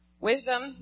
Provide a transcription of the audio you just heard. wisdom